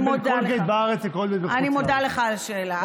יופי של שאלה.